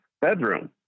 bedroom